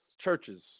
churches